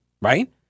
right